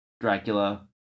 Dracula